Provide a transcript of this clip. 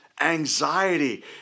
Anxiety